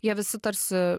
jie visi tarsi